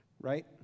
Right